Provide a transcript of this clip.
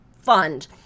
fund